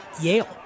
Yale